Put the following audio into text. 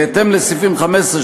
בהתאם לסעיפים 15,